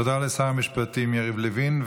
תודה לשר המשפטים יריב לוין.